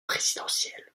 présidentiel